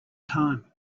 time